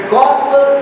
gospel